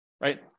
right